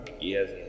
Yes